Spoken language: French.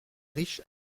riche